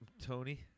Tony